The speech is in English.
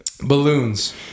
Balloons